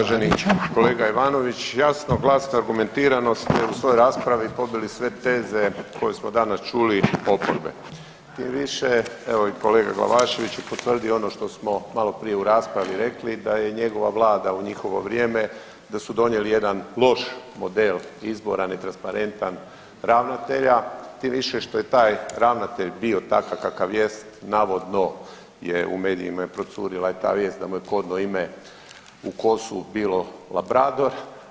Uvaženi kolega Ivanović, jasno, glasno, argumentirano ste u svojoj raspravi pobili sve teze koje smo danas čuli oporbe, tim više, evo i kolega Glavašević je potvrdio ono što smo malo prije u raspravi rekli, da je njegova Vlada, u njihovo vrijeme, da su donijeli jedan loš model izbora, netransparentan, ravnatelja, tim više što je taj ravnatelj bio takav kakav jeste, navodno je, u medijima je procurila i ta vijest, da mu je kodno ime u KOS-u bilo Labrador.